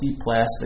plastic